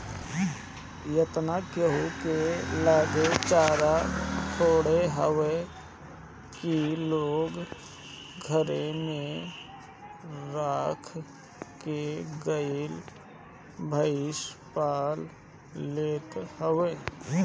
एतना केहू के लगे चारा थोड़े हवे की लोग घरे में राख के गाई भईस पाल लेत हवे